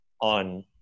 on